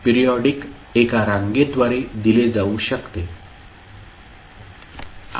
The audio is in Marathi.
पिरिऑडिक एका रांगेद्वारे दिले जाऊ शकते